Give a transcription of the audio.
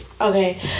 okay